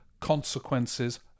consequences